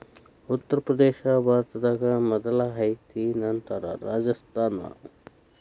ಉತ್ತರ ಪ್ರದೇಶಾ ಭಾರತದಾಗ ಮೊದಲ ಐತಿ ನಂತರ ರಾಜಸ್ಥಾನ